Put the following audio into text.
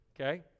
okay